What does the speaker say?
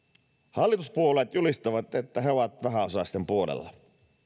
hallituspuolueet julistavat että ne ovat vähäosaisten puolella